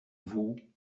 vous